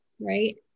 Right